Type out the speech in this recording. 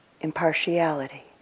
impartiality